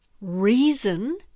reason